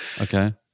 Okay